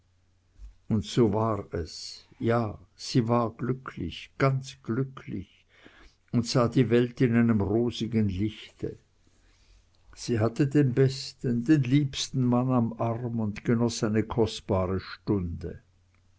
und so war es ja sie war glücklich ganz glücklich und sah die welt in einem rosigen lichte sie hatte den besten den liebsten mann am arm und genoß eine kostbare stunde